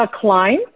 Klein